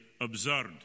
absurd